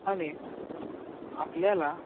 आणि आपल्याला